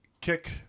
Kick